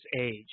age